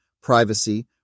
privacy